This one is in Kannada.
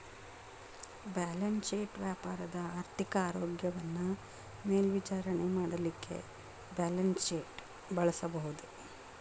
ಬ್ಯಾಲೆನ್ಸ್ ಶೇಟ್ ವ್ಯಾಪಾರದ ಆರ್ಥಿಕ ಆರೋಗ್ಯವನ್ನ ಮೇಲ್ವಿಚಾರಣೆ ಮಾಡಲಿಕ್ಕೆ ಬ್ಯಾಲನ್ಸ್ಶೇಟ್ ಬಳಸಬಹುದು